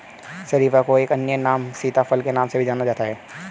शरीफा को एक अन्य नाम सीताफल के नाम से भी जाना जाता है